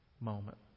moment